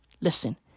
Listen